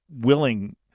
willing